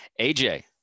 AJ